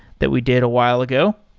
that we did a while ago.